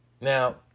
now